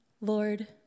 Lord